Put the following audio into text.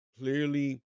clearly